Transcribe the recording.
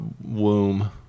womb